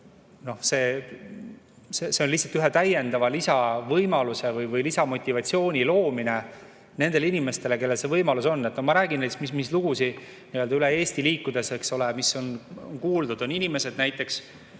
see lihtsalt ühe lisavõimaluse või lisamotivatsiooni loomine nendele inimestele, kellel see võimalus on. Ma räägin, mis lugusid üle Eesti liikudes, eks ole, on kuuldud. On inimesed näiteks,